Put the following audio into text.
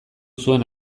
zuen